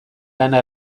lana